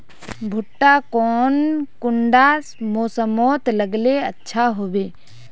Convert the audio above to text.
भुट्टा कौन कुंडा मोसमोत लगले अच्छा होबे?